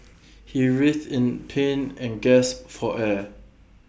he writhed in pain and gasped for air